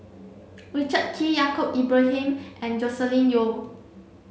Richard Kee Yaacob Ibrahim and Joscelin Yeo